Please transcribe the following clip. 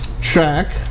track